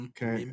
Okay